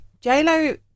J-Lo